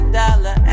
dollar